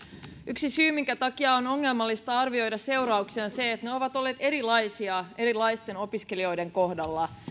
yksi syy minkä takia on ongelmallista arvioida seurauksia on se että ne ovat olleet erilaisia erilaisten opiskelijoiden kohdalla